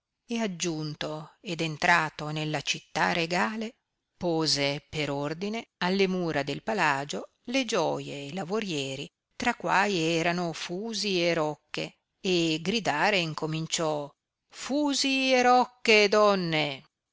e aggiunto ed entrato nella città regale pose per ordine alle mura del palagio le gioie e lavorieri tra quai erano fusi e rocche e gridare incominciò fusi e rocche donne